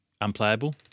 Unplayable